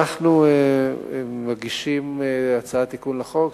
אנחנו מגישים הצעת תיקון לחוק,